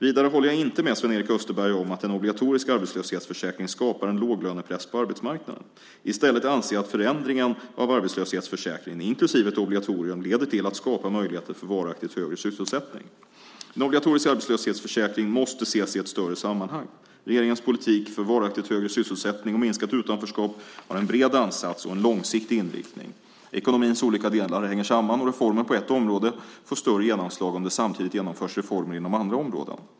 Vidare håller jag inte med Sven-Erik Österberg om att en obligatorisk arbetslöshetsförsäkring skapar en låglönepress på arbetsmarknaden. I stället anser jag att förändringen av arbetslöshetsförsäkringen - inklusive ett obligatorium - leder till att möjligheter skapas för varaktigt högre sysselsättning. En obligatorisk arbetslöshetsförsäkring måste ses i ett större sammanhang. Regeringens politik för varaktigt högre sysselsättning och minskat utanförskap har en bred ansats och en långsiktig inriktning. Ekonomins olika delar hänger samman, och reformer på ett område får större genomslag om det samtidigt genomförs reformer inom andra områden.